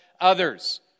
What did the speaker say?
others